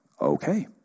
Okay